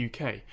UK